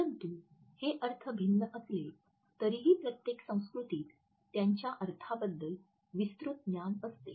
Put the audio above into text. परंतु हे अर्थ भिन्न असले तरीही प्रत्येक संस्कृतीत त्यांच्या अर्थाबद्दल विस्तृत ज्ञान असते